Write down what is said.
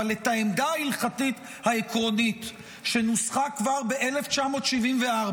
אבל העמדה ההלכתית העקרונית נוסחה כבר ב-1974,